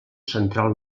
central